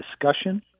discussion